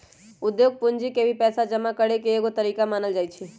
उद्योग पूंजी के भी पैसा जमा करे के एगो तरीका मानल जाई छई